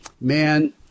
man